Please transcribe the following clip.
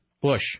Bush